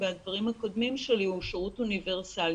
בדברים הקודמים שלי הוא שירות אוניברסלי,